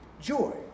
joy